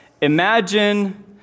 Imagine